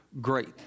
great